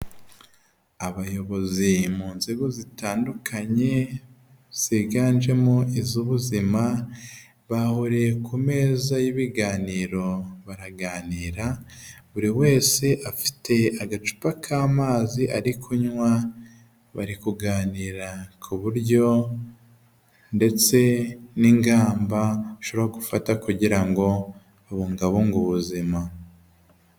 Abayobozi mu nzego zitandukanye ziganjemo iz'ubuzima bahuriye ku meza y'ibiganiro baraganira buri wese afite agacupa k'amazi ari kunywa bari kuganira ku buryo ndetse n'ingamba bashobora gufata kugira ngo babungabunge ubuzima.